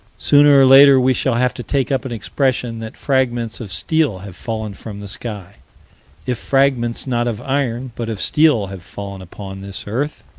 sooner or later we shall have to take up an expression that fragments of steel have fallen from the sky if fragments not of iron, but of steel have fallen upon this earth